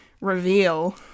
reveal